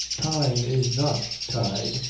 time is not tide,